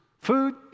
Food